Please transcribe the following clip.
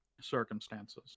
circumstances